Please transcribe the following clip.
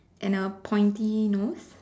and a pointy nose